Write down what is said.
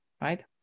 right